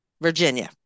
Virginia